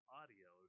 audio